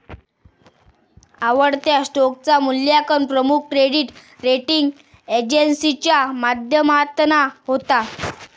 आवडत्या स्टॉकचा मुल्यांकन प्रमुख क्रेडीट रेटींग एजेंसीच्या माध्यमातना होता